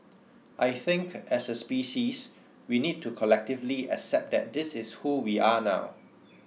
I think as a species we need to collectively accept that this is who we are now